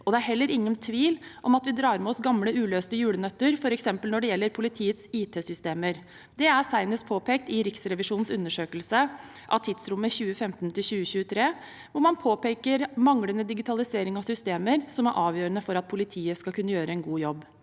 og det er heller ingen tvil om at vi drar med oss gamle uløste julenøtter, f.eks. når det gjelder politiets IT-systemer. Det er senest påpekt i Riksrevisjonens undersøkelse av tidsrommet 2015 til 2023, hvor man påpeker manglende digitalisering av systemer som er avgjørende for at politiet skal kunne gjøre en god jobb.